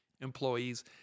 employees